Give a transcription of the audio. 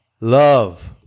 love